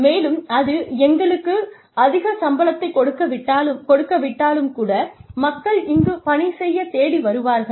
மேலும் அது எங்களுக்கு அதிக சம்பளத்தை கொடுக்காவிட்டாலும் கூட மக்கள் இங்குப் பணி செய்யத் தேடி வருவார்கள்